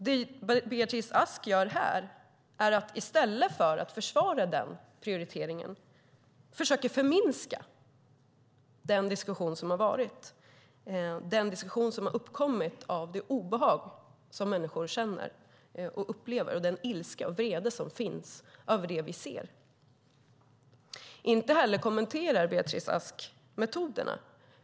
Det Beatrice Ask gör här är att i stället för att försvara denna prioritering försöka förminska den diskussion som har varit och som har uppkommit av det obehag som människor känner och upplever och av den ilska och vrede som finns över det vi ser. Inte heller kommenterar Beatrice Ask metoderna.